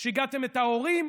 שיגעתם את ההורים,